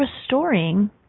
restoring